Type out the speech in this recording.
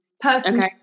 Person